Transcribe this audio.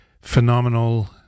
phenomenal